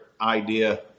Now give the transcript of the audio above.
idea